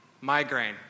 migraine